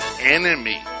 enemy